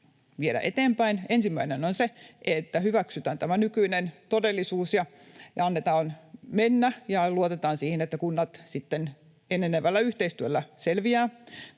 viedä eteenpäin: Ensimmäinen on se, että hyväksytään tämä nykyinen todellisuus ja annetaan mennä ja luotetaan siihen, että kunnat sitten enenevällä yhteistyöllä selviävät.